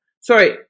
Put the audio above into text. sorry